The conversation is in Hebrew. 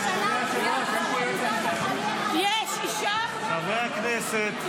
לפחות --- חברי הכנסת,